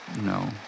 No